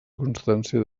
constància